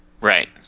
Right